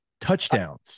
touchdowns